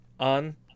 On